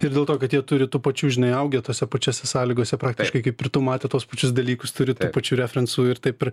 ir dėl to kad jie turi tų pačių žinai augę tose pačiose sąlygose praktiškai kaip ir tu matę tuos pačius dalykus turit tų pačių referensų ir taip ir